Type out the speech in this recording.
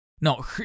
no